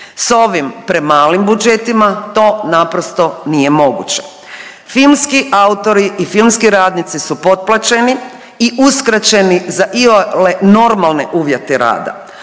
S ovim premalim budžetima to naprosto nije moguće. Filmski autori i filmski radnici su potplaćeni i uskraćeni za iole normalne uvjete rada,